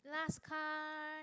last card